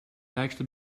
actually